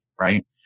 right